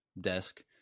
desk